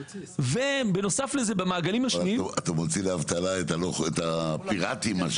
אבל אתה מוציא לאבטלה את הפיראטיים.